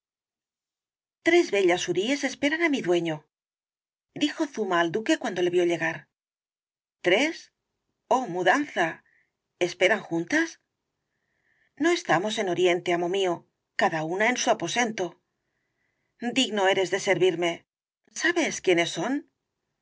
tres bellas huríes esperan á mi dueño dijo zuma al duque cuando le vio llegar tres oh mudanza esperan juntas no estamos en oriente amo mío cada una en su aposento digno eres de servirme sabes quiénes son